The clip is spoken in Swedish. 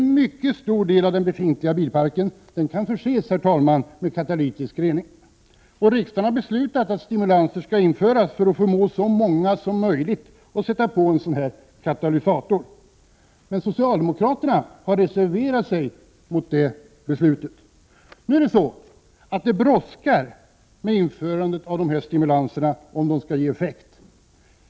En mycket stor del av den befintliga bilparken kan förses med katalytisk rening. Riksdagen har beslutat att stimulanser skall införas för att förmå så många som möjligt att sätta på en katalysator. Socialdemokraterna har reserverat sig mot det beslutet. Nu är det så att det brådskar med införandet av de här stimulanserna om de skall ge effekt.